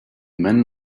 men